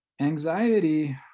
anxiety